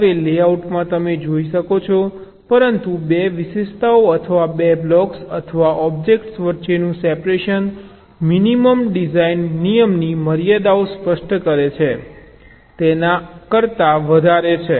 હવે લેઆઉટમાં તમે જોઈ શકો છો પરંતુ 2 વિશેષતાઓ અથવા 2 બ્લોક્સ અથવા ઑબ્જેક્ટ્સ વચ્ચેનું આ સેપરેશન મિનિમમ ડિઝાઇન નિયમની મર્યાદાઓ સ્પષ્ટ કરે છે તેના કરતા વધારે છે